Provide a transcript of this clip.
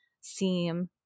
seem